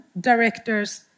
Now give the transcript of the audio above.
directors